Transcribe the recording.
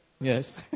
Yes